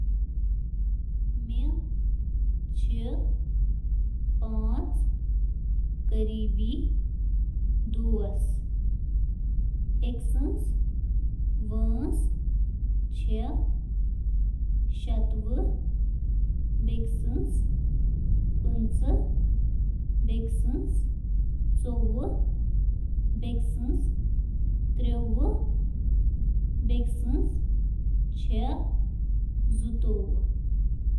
مےٚ چھِ کم از ک تر٘ے- ژور قریبی دوست۔ تِہنٛز وٲنٛس چھِ .، پنٛژوُہِم ، نَوُہِم ، بَتیس ، تہٕ ترٛترٕہ وُہُر۔